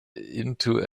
into